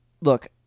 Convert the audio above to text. Look